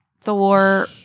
Thor